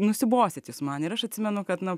nusibosit jūs man ir aš atsimenu kad nu